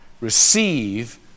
receive